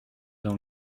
dans